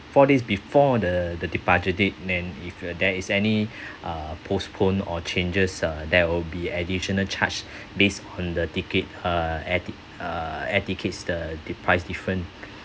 four day before the the departure date then if there is any postpone or changes uh there will be additional charge based on the ticket uh air tic~ uh air tickets the the price different